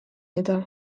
eta